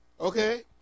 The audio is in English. Okay